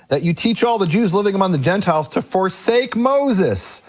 that you teach all the jews living among the gentiles to forsake moses.